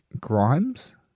Grimes